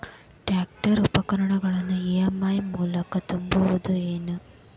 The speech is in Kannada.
ಟ್ರ್ಯಾಕ್ಟರ್ ಉಪಕರಣಗಳನ್ನು ಇ.ಎಂ.ಐ ಮೂಲಕ ತುಂಬಬಹುದ ಏನ್?